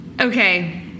Okay